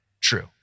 true